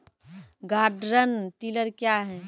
Garden tiller क्या हैं?